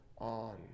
on